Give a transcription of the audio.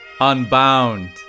unbound